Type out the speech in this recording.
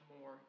more